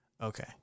Okay